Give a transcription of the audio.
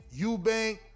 Eubank